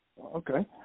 Okay